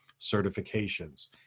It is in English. certifications